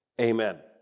Amen